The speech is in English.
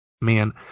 man